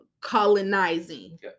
colonizing